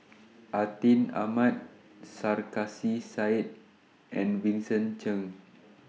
Atin Amat Sarkasi Said and Vincent Cheng